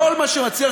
כל מה שמצליח,